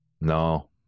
No